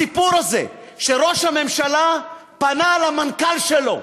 הסיפור הזה, שראש הממשלה פנה למנכ"ל שלו